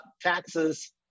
taxes